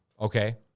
Okay